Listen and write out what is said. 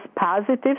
positive